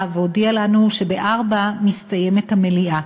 והודיעה לנו שב-16:00 מסתיימת המליאה,